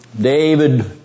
David